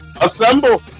Assemble